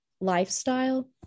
lifestyle